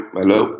hello